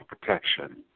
protection